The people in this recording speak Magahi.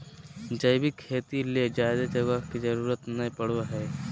जैविक खेती ले ज्यादे जगह के जरूरत नय पड़ो हय